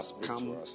come